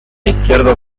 izquierdo